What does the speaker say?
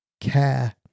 care